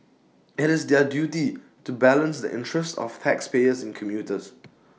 IT is their duty to balance the interests of taxpayers and commuters